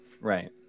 Right